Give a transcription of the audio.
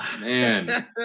Man